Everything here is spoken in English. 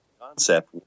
concept